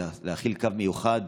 להפעיל קו מיוחד,